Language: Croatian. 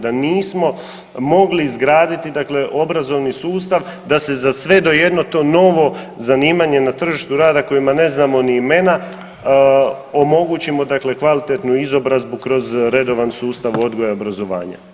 Da nismo mogli izgraditi dakle obrazovni sustav da se za sve do jedno to novo zanimanje na tržištu rada kojima ne znamo ni imena omogućimo dakle kvalitetnu izobrazbu kroz redovan sustav odgoja i obrazovanja.